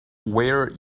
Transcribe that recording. wear